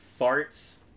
farts